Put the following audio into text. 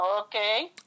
Okay